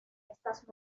estas